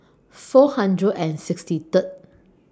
four hundred and sixty Third